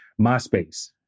MySpace